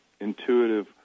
intuitive